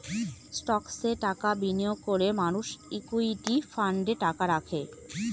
স্টকসে টাকা বিনিয়োগ করে মানুষ ইকুইটি ফান্ডে টাকা রাখে